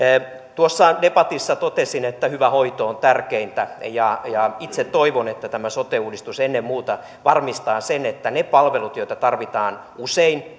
tuossa debatissa totesin että hyvä hoito on tärkeintä ja ja itse toivon että tämä sote uudistus ennen muuta varmistaa sen että ne palvelut joita tarvitaan usein